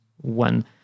one